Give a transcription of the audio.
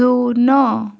ଶୂନ